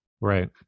right